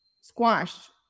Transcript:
squash